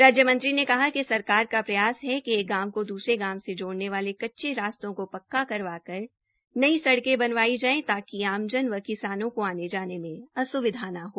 राज्य मंत्री ने कहा कि सरकार का प्रयास है कि एक गांव को द्रसरे गांव से जोड़ने वाले कच्चे रास्ते को पक्का करवाकर नई सड़के बनवाई जाये ताकि आमजन व किसानों को आने जाने में अस्विधा न हो